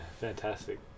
fantastic